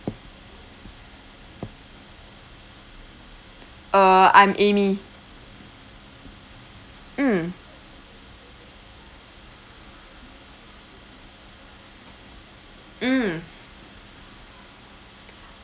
uh I'm amy mm mm